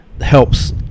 helps